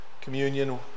communion